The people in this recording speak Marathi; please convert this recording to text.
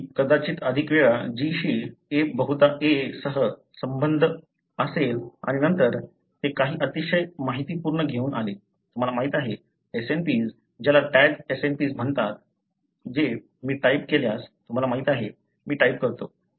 G कदाचित अधिक वेळा G शी A बहुधा A सह संबद्ध असेल आणि नंतर ते काही अतिशय माहितीपूर्ण घेऊन आले तुम्हाला माहिती आहे SNPs ज्याला टॅग SNPs म्हणतात जे मी टाइप केल्यास तुम्हाला माहिती आहे मी टाइप करतो